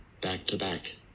back-to-back